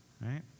Right